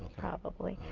probably.